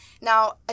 Now